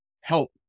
help